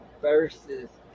verses